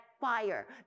fire